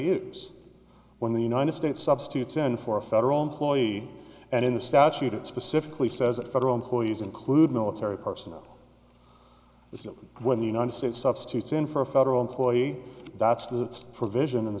use when the united states substitutes in for a federal employee and in the statute it specifically says that federal employees include military personnel is that when the united states substitutes in for a federal employee that's that provision in the